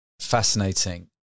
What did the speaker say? fascinating